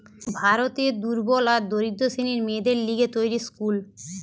ভারতের দুর্বল আর দরিদ্র শ্রেণীর মেয়েদের লিগে তৈরী স্কুল